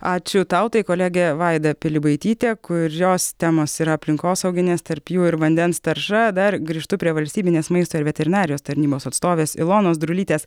ačiū tau tai kolegė vaida pilibaitytė kurios temos yra aplinkosauginės tarp jų ir vandens tarša dar grįžtu prie valstybinės maisto ir veterinarijos tarnybos atstovės ilonos drulytės